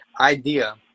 idea